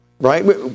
Right